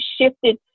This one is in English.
shifted